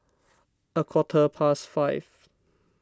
a quarter past five